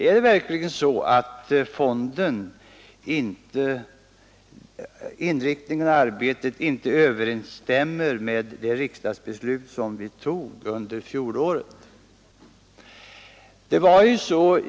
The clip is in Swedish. Är det verkligen så att inriktningen av och arbetet inom fonden inte överensstämmer med det riksdagsbeslut som vi fattade i fjol?